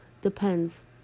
depends